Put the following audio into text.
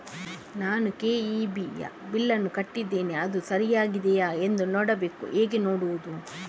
ನಾನು ಕೆ.ಇ.ಬಿ ಯ ಬಿಲ್ಲನ್ನು ಕಟ್ಟಿದ್ದೇನೆ, ಅದು ಸರಿಯಾಗಿದೆಯಾ ಎಂದು ನೋಡಬೇಕು ಹೇಗೆ ನೋಡುವುದು?